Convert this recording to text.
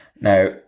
Now